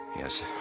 Yes